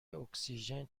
اکسیژن